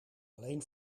alleen